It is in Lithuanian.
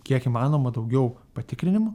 kiek įmanoma daugiau patikrinimų